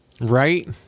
right